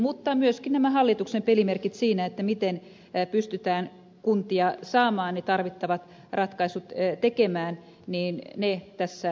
mutta myöskin nämä hallituksen pelimerkit siinä miten pystytään kuntia saamaan ne tarvittavat ratkaisut tekemään paranevat